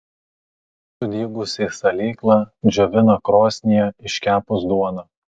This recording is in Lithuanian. sudygusį salyklą džiovina krosnyje iškepus duoną